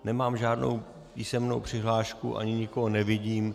Nemám žádnou písemnou přihlášku ani nikoho nevidím.